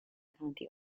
county